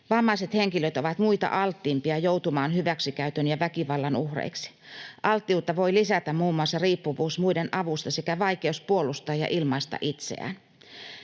Vammaiset henkilöt ovat muita alttiimpia joutumaan hyväksikäytön ja väkivallan uhreiksi. Alttiutta voivat lisätä muun muassa riippuvuus muiden avusta sekä vaikeus puolustaa ja ilmaista itseään.